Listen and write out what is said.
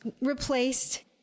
replaced